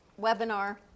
webinar